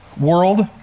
world